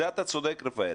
בזה אתה צודק, רפאל.